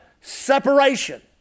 Separation